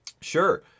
Sure